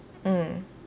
mm